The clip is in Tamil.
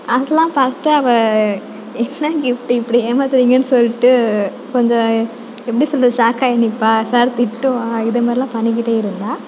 அதெலாம் பார்த்து அவள் என்ன இப்படி இப்படி ஏமாத்துகிறிங்கன் சொல்லிட்டு கொஞ்சம் எப்படி சொல்வது ஷாக்காகி நிற்பா ச எதாவது திட்டுவாள் இது மாதிரிலாம் பண்ணிகிட்டே இருந்தாள்